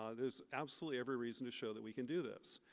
ah there's absolutely every reason to show that we can do this.